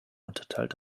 unterteilt